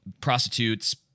prostitutes